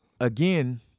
again